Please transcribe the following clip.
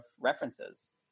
references